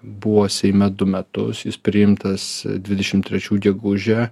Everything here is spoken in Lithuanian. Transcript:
buvo seime du metus jis priimtas dvidešimt trečių gegužę